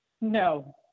no